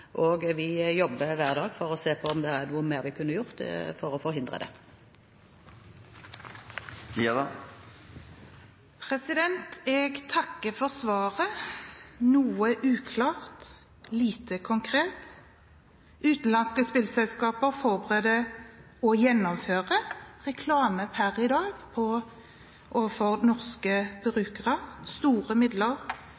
og vi jobber hver dag for å se om det er noe mer vi kunne gjort for å forhindre det. Jeg takker for svaret. Noe uklart. Lite konkret. Utenlandske spillselskaper forbereder – og gjennomfører – reklame per i dag overfor norske brukere. Store midler